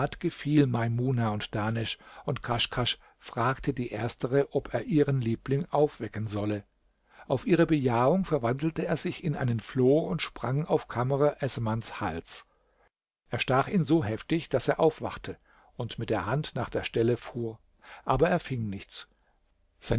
maimuna und dahnesch und kaschkasch fragte die erstere ob er ihren liebling aufwecken solle auf ihre bejahung verwandelte er sich in einen floh und sprang auf kamr essamans hals er stach ihn so heftig daß er aufwachte und mit der hand nach der stelle fuhr aber er fing nichts